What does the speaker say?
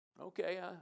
Okay